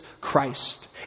Christ